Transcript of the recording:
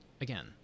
Again